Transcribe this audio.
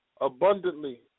abundantly